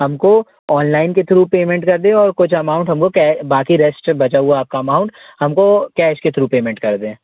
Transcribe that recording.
हमको ऑनलाइन के through payment कर दें और कुछ अमाउंट हमको बाकी रेस्ट से बचा हुआ आपका अमाउंट हमको कैश के थ्रू पेमेंट कर दें